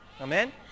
Amen